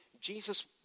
Jesus